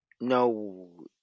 No